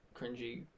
cringy